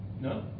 No